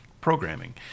programming